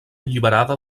alliberada